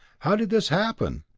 how did this happen?